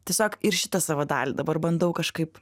tiesiog ir šitą savo dalį dabar bandau kažkaip